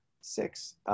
six